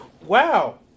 Wow